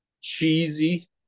cheesy